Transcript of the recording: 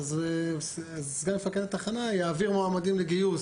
אז סגן מפקד התחנה יעביר מועמדים לגיוס